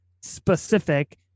specific